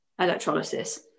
electrolysis